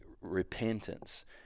repentance